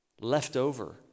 Leftover